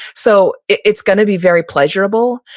so it's gonna be very pleasurable,